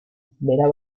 verá